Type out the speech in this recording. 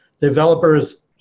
developers